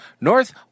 North